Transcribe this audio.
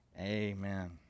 Amen